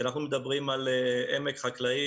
כשאנחנו מדברים על עמק חקלאי,